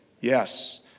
yes